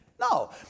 No